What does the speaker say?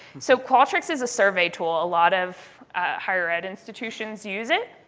so qualtrics is a survey tool. a lot of higher ed institutions use it.